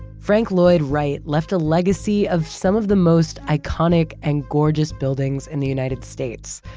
frank lloyd wright left a legacy of some of the most iconic and gorgeous buildings in the united states,